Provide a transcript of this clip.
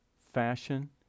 fashion